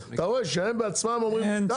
אתה רואה שהם בעצמם אומרים קח את השיקול דעת ממני.